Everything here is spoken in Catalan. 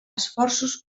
esforços